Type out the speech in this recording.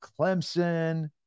Clemson